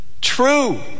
True